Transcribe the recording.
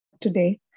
today